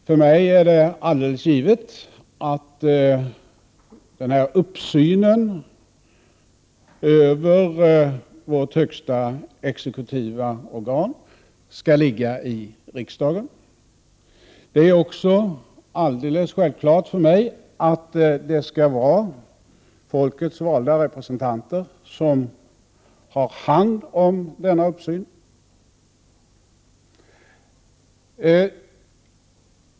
För mig är det alldeles givet att den här uppsynen över vårt högsta exekutiva organ skall ligga i riksdagen. Det är också alldeles självklart för mig att det skall vara folkets valda representanter som skall ha hand om denna uppsyn.